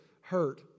hurt